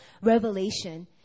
revelation